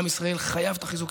עם ישראל חייב את החיזוק.